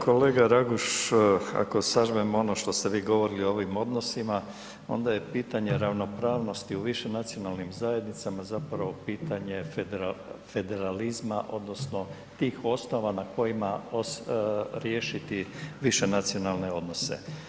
Kolega Raguž, ako sažmem ono što ste vi govorili o ovim odnosima onda je pitanje ravnopravnosti u višenacionalnim zajednicama zapravo pitanje federalizma odnosno tih ostava na kojima riješiti višenacionalne odnose.